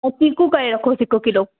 ऐं चीकू करे रखोसि हिकु किलो